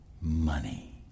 money